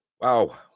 Wow